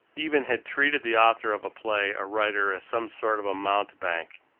even had treated the author of a play, a writer, as some sort of a mountebank,